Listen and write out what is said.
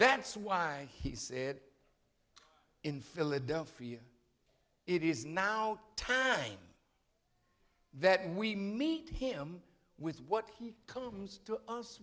that's why he said in philadelphia it is now tearing that we meet him with what he comes to us